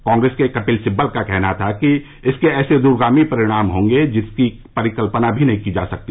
कांग्रेस के कपिल सिब्बल का कहना था कि इसके ऐसे दूरगामी परिणाम होंगे जिनकी कल्पना भी नहीं की जा सकती